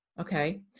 okay